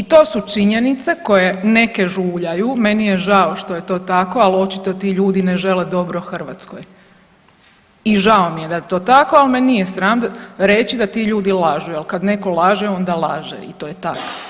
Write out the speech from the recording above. I to su činjenice koje neke žuljaju, meni je žao što je to tako, ali očito ti ljudi ne žele dobro Hrvatskoj i žao mi je da je to tako, ali me nije sram reći da ti ljudi lažu jer kad netko laže onda laže i to je tako.